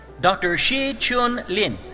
dr. shih-chun lin.